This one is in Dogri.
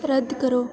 रद्द करो